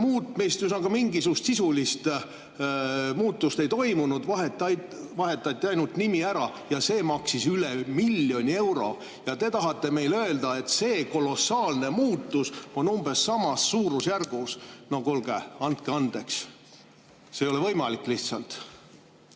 muutmist – ühesõnaga, mingisugust sisulist muutust ei toimunud, vahetati ainult nimi ära –, aga see maksis üle miljoni euro. Ja te tahate öelda, et see kolossaalne muutus on umbes samas suurusjärgus? No kuulge! Andke andeks, see ei ole võimalik lihtsalt!